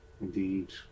Indeed